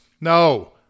No